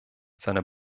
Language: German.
seine